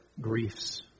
griefs